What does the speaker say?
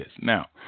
Now